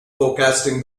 forecasting